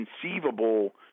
conceivable